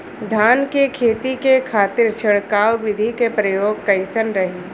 धान के खेती के खातीर छिड़काव विधी के प्रयोग कइसन रही?